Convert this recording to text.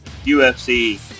UFC